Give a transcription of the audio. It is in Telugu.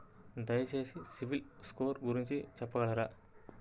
దయచేసి సిబిల్ స్కోర్ గురించి చెప్పగలరా?